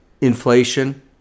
inflation